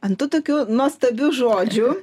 an tų tokių nuostabių žodžių